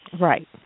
Right